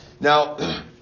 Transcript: Now